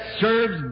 serves